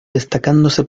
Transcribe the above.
destacándose